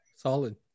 Solid